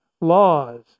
laws